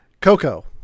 Coco